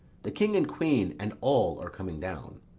the king and queen and all are coming down.